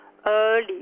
Early